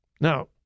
Now